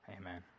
amen